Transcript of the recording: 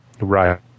Right